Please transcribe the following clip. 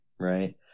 Right